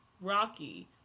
rocky